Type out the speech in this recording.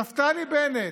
נפתלי בנט,